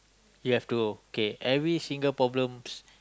you have to kay every single problems